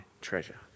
treasure